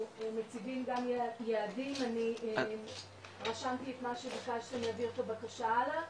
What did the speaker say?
מציבים גם יעדים אני רשמתי את מה שביקשתם להעביר את הבקשה הלאה,